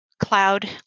cloud